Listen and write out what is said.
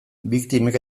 biktimek